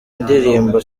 ndirimbo